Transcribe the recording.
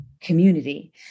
community